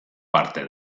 parte